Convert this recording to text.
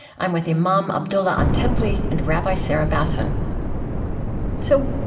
i'm with imam abdullah antepli and rabbi sarah bassin so